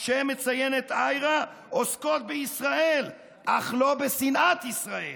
שמציינת IHRA עוסקות בישראל, אך לא בשנאת ישראל.